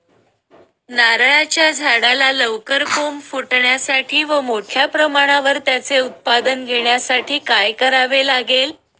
नारळाच्या झाडाला लवकर कोंब फुटण्यासाठी व मोठ्या प्रमाणावर त्याचे उत्पादन घेण्यासाठी काय करावे लागेल?